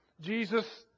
Jesus